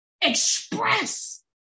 express